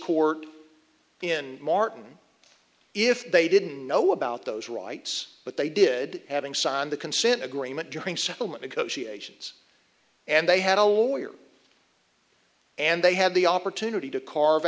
court in martin if they didn't know about those rights but they did having signed the consent agreement during settlement negotiations and they had a lawyer and they had the opportunity to carve